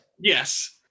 Yes